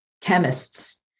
chemists